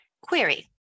Query